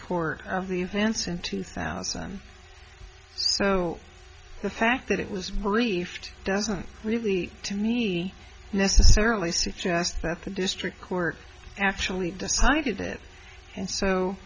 court of the events in two thousand so the fact that it was briefed doesn't really to me necessarily suggest that the district court actually decided it and so